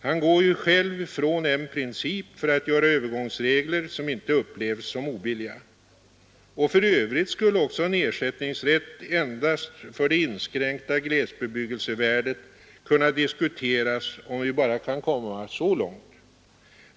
Han går ju själv från en princip för att göra övergångsregler som inte upplevs som obilliga. Och för övrigt skulle också en ersättningsrätt endast för det inskränkta glesbebyggelsevärdet kunna diskuteras, om vi bara kan komma så långt.